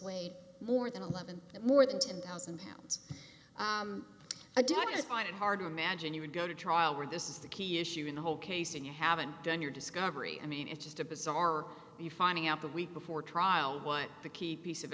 weighed more than eleven more than ten thousand pounds a day i find it hard to imagine you would go to trial where this is the key issue in the whole case and you haven't done your discovery i mean it's just a bizarre you finding out the week before trial what the key piece of